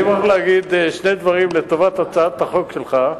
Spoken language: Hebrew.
אני מוכרח להגיד שני דברים לטובת הצעת החוק שלך.